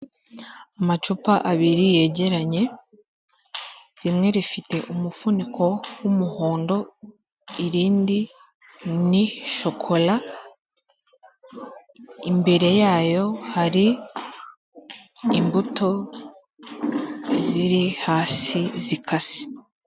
Amacupa abiri yegeranye, rimwe rifite umufuniko w'umuhondo, irindi ni shokora, imbere yayo hari imbuto ziri hasi zikase.